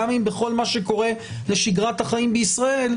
גם בכל מה שקורה לשגרת החיים בישראל.